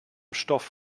stoff